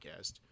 podcast